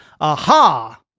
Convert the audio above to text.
aha